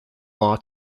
law